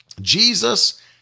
Jesus